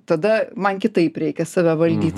tada man kitaip reikia save valdyt